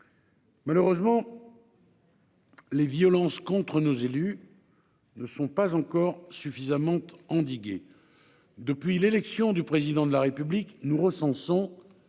Malheureusement, les violences contre nos élus ne sont pas encore suffisamment endiguées. Depuis l'élection du Président de la République, nous recensons